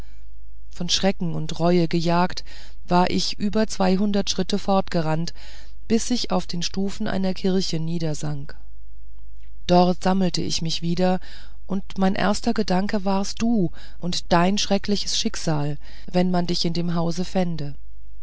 von schrecken und reue gejagt war ich über schritte fortgerannt bis ich auf den stufen einer kirche niedersank dort erst sammelte ich mich wieder und mein erster gedanke warst du und dein schreckliches schicksal wenn man dich in dem hause fände